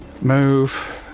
move